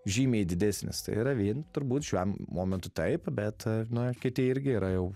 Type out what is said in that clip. žymiai didesnis tai yra vien turbūt šiam momentui taip bet na kiti irgi yra jau